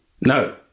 No